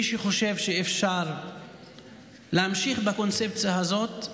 מי שחושב שאפשר להמשיך בקונספציה הזאת,